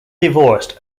divorced